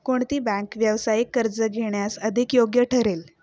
कोणती बँक व्यावसायिक कर्ज घेण्यास अधिक योग्य ठरेल?